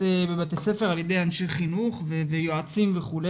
בבתי ספר על ידי אנשי חינוך ויועצים וכו',